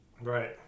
right